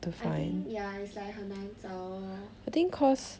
I think ya it's like 很难找 lor